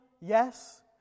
Yes